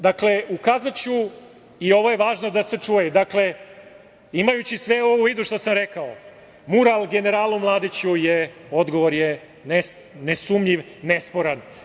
Dakle, ukazaću i ovo je važno da se čuje, imajući u vidu sve ovo što sam rekao, mural generalu Mladiću je, odgovor nesumnjiv, nesporan.